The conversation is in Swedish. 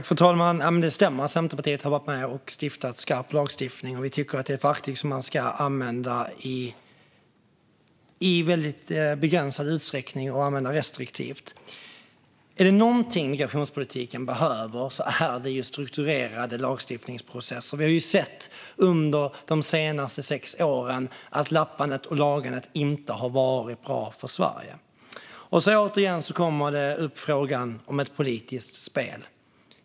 Fru talman! Det stämmer att Centerpartiet har varit med och stiftat skarp lag, men vi tycker att det är ett verktyg som man ska använda i begränsad utsträckning och restriktivt. Om det är något migrationspolitiken behöver så är det en strukturerad lagstiftningsprocess. Vi har under de senaste sex åren sett att lappandet och lagandet inte har varit bra för Sverige. Sedan kommer återigen frågan om ett politiskt spel.